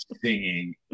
singing